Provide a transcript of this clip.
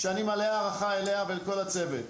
שאני מלא הערכה אליה ואל כל הצוות,